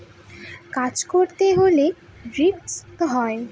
কাজ করতে হলে রিস্ক হয়